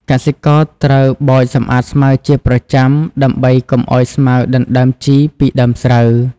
កសិករត្រូវបោចសំអាតស្មៅជាប្រចាំ ដើម្បីកុំឱ្យស្មៅដណ្តើមជីពីដើមស្រូវ។